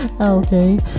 okay